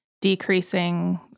decreasing